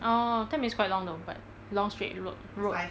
orh ten minutes quite long though but long straight road road